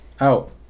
out